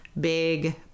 big